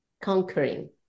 Conquering